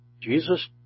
Jesus